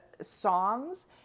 songs